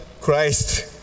Christ